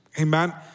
Amen